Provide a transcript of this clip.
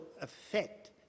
effect